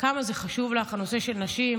כמה זה חשוב לך, הנושא של נשים.